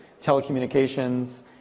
telecommunications